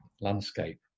landscape